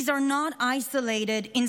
These are not isolated incidents,